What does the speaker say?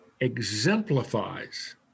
exemplifies